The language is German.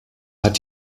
hat